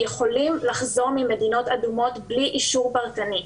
יכולים לחזור ממדינות אדומות בלי אישור פרטני.